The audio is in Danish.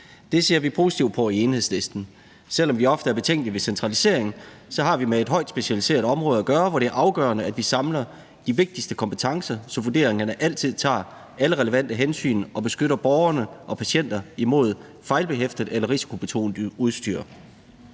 Det ser vi positivt på i Enhedslisten. Selv om vi ofte er betænkelige ved centralisering, har vi med et højt specialiseret område at gøre, hvor det er afgørende, at vi samler de vigtigste kompetencer, så vurderingerne altid tager alle relevante hensyn og beskytter borgerne og patienterne imod fejl- eller risikobehæftet udstyr.